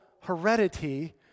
heredity